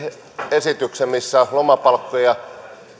esityksen missä lomapalkkoja